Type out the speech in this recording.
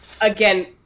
Again